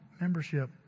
Membership